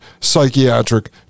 psychiatric